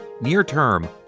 Near-term